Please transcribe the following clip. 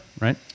right